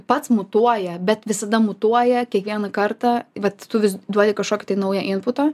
pats mutuoja bet visada mutuoja kiekvieną kartą vat tu vis duodi kažkokį tai naują imputą